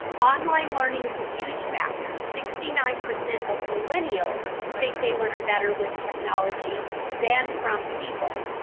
online learning is a huge factors. sixty nine percent of millennial's think they learn better with technology than from people.